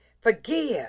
Forgive